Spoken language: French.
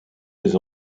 des